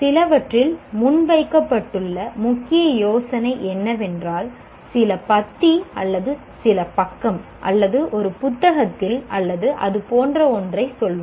சிலவற்றில் முன்வைக்கப்பட்ட முக்கிய யோசனை என்னவென்றால் சில பத்தி அல்லது சில பக்கம் அல்லது ஒரு புத்தகத்தில் அல்லது அதுபோன்ற ஒன்றைச் சொல்வோம்